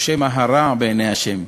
או שמא הרע בעיני ה'.